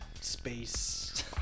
space